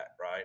right